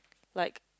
like